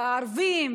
בערבים?